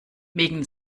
wegen